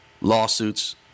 lawsuits